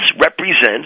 represents